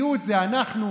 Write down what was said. האחרונים,